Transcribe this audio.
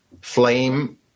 flame